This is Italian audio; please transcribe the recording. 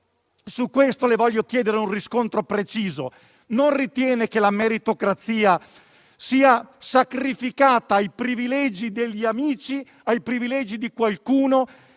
interrogare e chiedere un riscontro preciso: non ritiene che la meritocrazia sia sacrificata ai privilegi degli amici e ai privilegi di qualcuno,